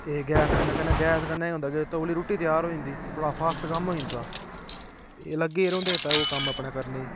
ते गैस कन्नै कन्नै गैस कन्नै एह् होंदा कि तौली रुट्टी त्यार होई जंदी थोह्ड़ा फास्ट कम्म होई जंदा ते एह् लग्गे दे रौंह्दे उत्त ओह् कम्म अपने करने गी